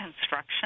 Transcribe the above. construction